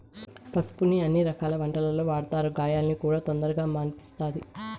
పసుపును అన్ని రకాల వంటలల్లో వాడతారు, గాయాలను కూడా తొందరగా మాన్పిస్తది